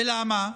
ולמה?